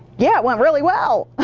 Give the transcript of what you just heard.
yeah, it went really well,